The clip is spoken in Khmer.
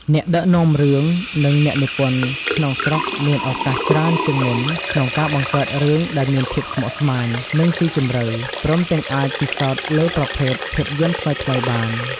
អ្នកដឹកនាំរឿង និងអ្នកនិពន្ធក្នុងស្រុកមានឱកាសច្រើនជាងមុនក្នុងការបង្កើតរឿងដែលមានភាពស្មុគស្មាញ និងស៊ីជម្រៅ ព្រមទាំងអាចពិសោធន៍លើប្រភេទភាពយន្តថ្មីៗបាន។